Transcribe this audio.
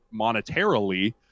monetarily